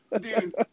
Dude